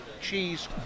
cheese